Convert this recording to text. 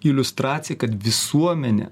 iliustracija kad visuomenė